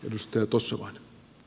arvoisa puhemies